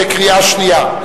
בקריאה שנייה.